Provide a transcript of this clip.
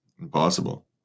Impossible